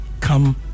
come